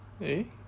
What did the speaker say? eh